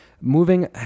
moving